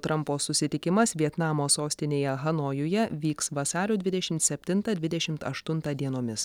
trampo susitikimas vietnamo sostinėje hanojuje vyks vasario dvidešimt septintą dvidešimt aštuntą dienomis